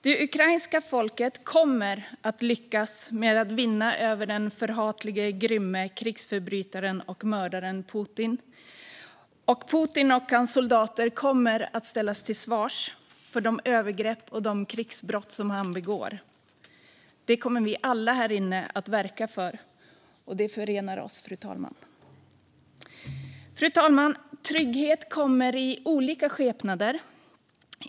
Det ukrainska folket kommer att lyckas med att vinna över den förhatlige, grymme krigsförbrytaren och mördaren Putin, och Putin och hans soldater kommer att ställas till svars för de övergrepp och de krigsbrott som de begår. Det kommer vi alla här inne att verka för, och det förenar oss. Fru talman! Trygghet kommer i olika skepnader.